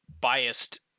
biased